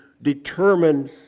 determine